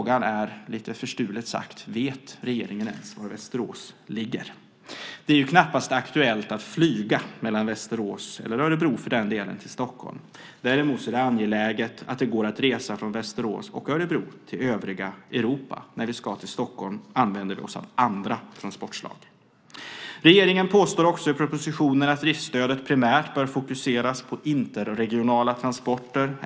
En lite förstulen fråga är: Vet regeringen ens var Västerås ligger? Det är knappast aktuellt att flyga mellan Västerås, eller Örebro, och Stockholm. Däremot är det angeläget att det går att resa från Västerås och Örebro till övriga Europa. När vi ska till Stockholm använder vi oss av andra transportslag. Regeringen påstår också i propositionen att driftsstödet primärt bör fokuseras på interregionala transporter.